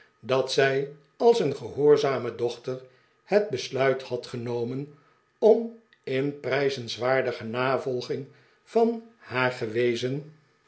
dat zij als een gehoorzame dochter het besluit had genomen om in prijzenswaardige navolging van haar gewezen